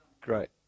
great